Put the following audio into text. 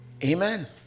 Amen